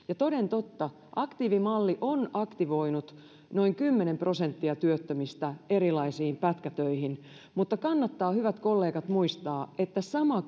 ja toden totta aktiivimalli on aktivoinut noin kymmenen prosenttia työttömistä erilaisiin pätkätöihin mutta kannattaa hyvät kollegat muistaa että sama